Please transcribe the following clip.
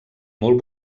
molt